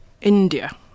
India